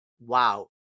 wow